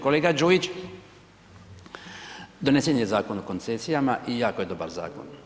Kolega Đujić donese je Zakon o koncesijama i jako je dobar zakon.